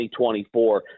2024